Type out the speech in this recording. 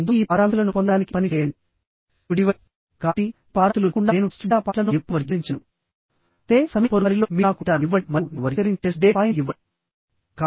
ఎందుకంటే industrial structure ని build చేసేటప్పుడు విండ్ వలన వచ్చే లోడ్ ని పరిగణలోనికి తీసుకోవలసి వస్తుంది